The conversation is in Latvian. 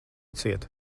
ciet